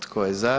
Tko je za?